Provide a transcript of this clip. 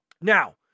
Now